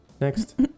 next